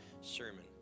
sermon